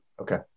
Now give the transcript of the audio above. Okay